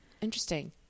Interesting